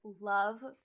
love